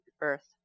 earth